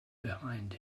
behind